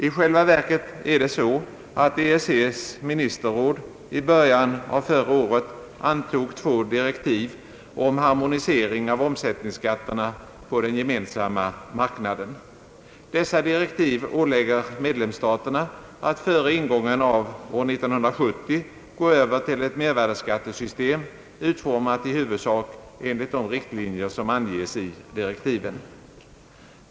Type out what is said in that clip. I själva verket är det så att EEC:s ministerråd i början av förra året antog två direktiv om harmonisering av omsättningsskatterna på den gemensamma marknaden. Dessa direktiv ålägger medlemsstaterna att före ingången av år 1970 gå över till ett mervärdeskattsystem utformat i huvudsak enligt de riktlinjer som anges i direktiven.